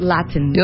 Latin